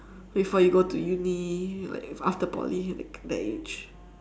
before you go to uni like if after poly that kind that age